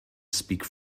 speak